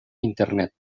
internet